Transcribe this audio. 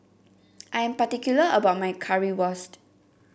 I am particular about my Currywurst